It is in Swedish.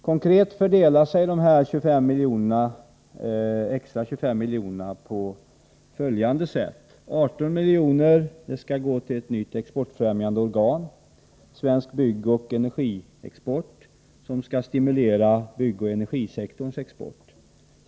Konkret fördelar sig de extra 25 miljonerna på följande sätt: 18 miljoner skall gå till ett nytt exportfrämjande organ, Svensk byggoch energiexport, som skall stimulera byggoch energisektorns export.